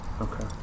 okay